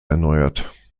erneuert